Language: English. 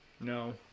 No